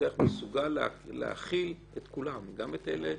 שמסוגל להכיל את כולם, גם את אלה,